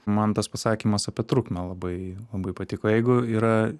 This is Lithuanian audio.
man tas pasakymas apie trukmę labai labai patiko jeigu yra